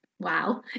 Wow